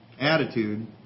attitude